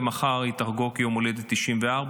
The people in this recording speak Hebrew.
ומחר היא תחגוג יום הולדת 94,